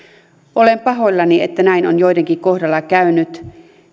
olen pahoillani että näin on joidenkin kohdalla käynyt